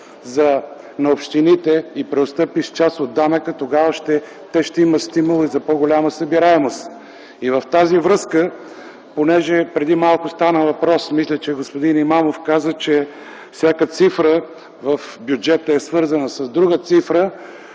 на общините и преотстъпиш част от данъка, тогава те ще имат стимул и за по-голяма събираемост. В тази връзка, понеже преди малко стана въпрос, мисля, че господин Имамов каза, че всяка цифра в бюджета е свързана с друга цифра,